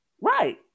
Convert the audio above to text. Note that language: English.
Right